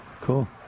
cool